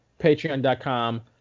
patreon.com